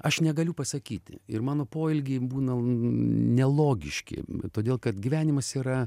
aš negaliu pasakyti ir mano poelgiai būna nelogiški todėl kad gyvenimas yra